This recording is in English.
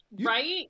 Right